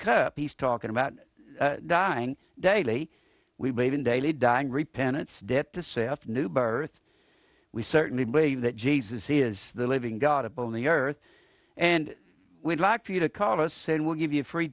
cup he's talking about dying daily we believe in daily dying repentance death to self new birth we certainly believe that jesus is the living god upon the earth and we'd like for you to call us and we'll give you a free